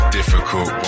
difficult